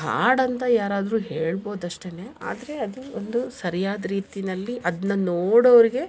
ಹಾಡು ಅಂತ ಯಾರಾದರೂ ಹೇಳ್ಬೋದು ಅಷ್ಟೇನೆ ಆದರೆ ಅದು ಒಂದು ಸರಿಯಾದ ರೀತಿನಲ್ಲಿ ಅದನ್ನ ನೋಡೋರಿಗೆ